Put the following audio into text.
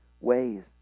ways